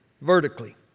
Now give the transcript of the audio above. vertically